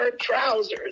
trousers